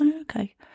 Okay